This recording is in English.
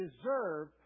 deserve